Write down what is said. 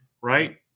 right